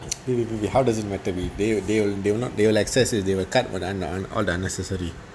baby baby how does it matter they they will they will they will access they will cut on al~ all the unnecessary